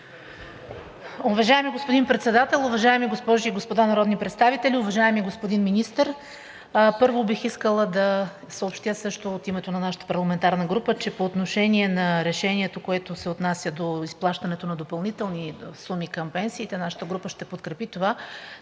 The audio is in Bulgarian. Уважаеми господин Председател, уважаеми госпожи и господа народни представители, уважаеми господин Министър! Първо, бих искала да съобщя също от името на нашата парламентарна група, че по отношение на решението, което се отнася до изплащането на допълнителни суми към пенсиите, нашата група ще подкрепи това,